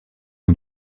ont